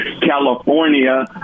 California